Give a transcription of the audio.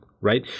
right